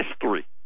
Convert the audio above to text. history